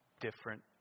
different